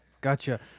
Gotcha